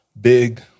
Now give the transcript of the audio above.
Big